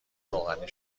روغنی